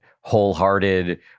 wholehearted